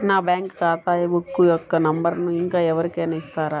నా బ్యాంక్ ఖాతా బుక్ యొక్క నంబరును ఇంకా ఎవరి కైనా ఇస్తారా?